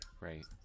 Right